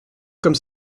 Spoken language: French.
comme